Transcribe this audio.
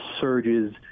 surges